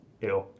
Ew